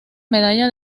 medalla